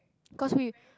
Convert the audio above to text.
cause we